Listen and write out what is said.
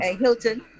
hilton